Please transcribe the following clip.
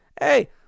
Hey